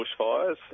bushfires